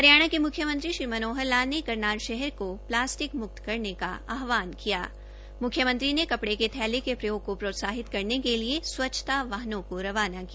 हरियाणा के मुख्यमंत्री मनोहर लाल ने करनाल को प्लास्टिक मुक्त करने का आह्रान किया मुख्यमंत्री ने कपड़े के थैलो को प्रोत्साहित करने के लिए स्वच्छता वाहनों को रवाना किया